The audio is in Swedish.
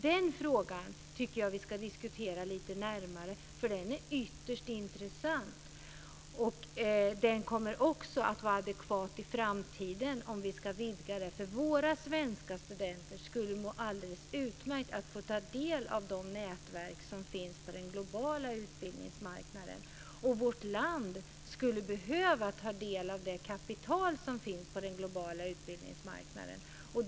Den frågan tycker jag vi ska diskutera lite närmare, för den är ytterst intressant. Den kommer också att vara adekvat i framtiden om vi ska vidga detta. Våra svenska studenter skulle nämligen må alldeles utmärkt av att ta del av de nätverk som finns på den globala utbildningsmarknaden. Vårt land skulle också behöva ta del av det kapital som finns på den globala utbildningsmarknaden.